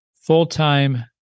full-time